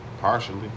partially